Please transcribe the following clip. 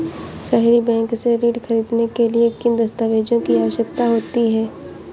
सहरी बैंक से ऋण ख़रीदने के लिए किन दस्तावेजों की आवश्यकता होती है?